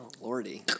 Lordy